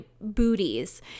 booties